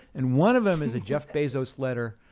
and one of them is a jeff bezos letter,